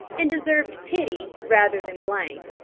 and deserved pity rather than blame.